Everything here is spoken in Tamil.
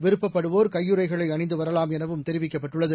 விருப்பப்படுவோர் கையுறைகளை அணிந்து வரலாம் எனவும் தெரிவிக்கப்பட்டுள்ளது